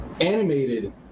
animated